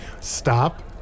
Stop